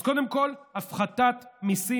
אז קודם כול הפחתת מיסים,